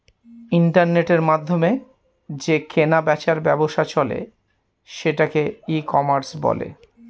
ইন্টারনেটের মাধ্যমে যে কেনা বেচার ব্যবসা চলে সেটাকে ই কমার্স বলে